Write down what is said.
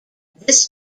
this